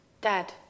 Dad